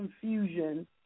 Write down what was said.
confusion